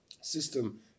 system